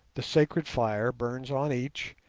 the sacred fire burns on each,